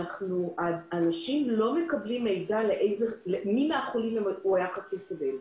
להשלים שהאנשים לא מקבלים את המידע של מי החולה שהם היו חשופים אליו.